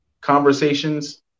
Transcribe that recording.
conversations